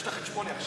יש לך את 8 עכשיו.